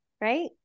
right